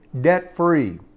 debt-free